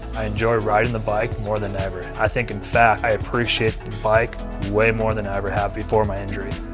i enjoy riding the bike more than ever. i think in fact, i appreciate the bike way more than i ever have before my injury.